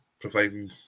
providing